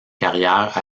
carrière